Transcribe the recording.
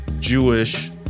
Jewish